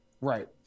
right